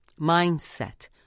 mindset